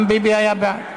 גם ביבי היה בעד?